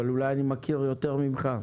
אבל אולי אני מכיר טוב יותר ממך.